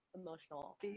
Emotional